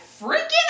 freaking